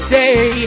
day